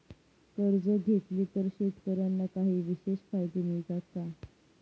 कर्ज घेतले तर शेतकऱ्यांना काही विशेष फायदे मिळतात का?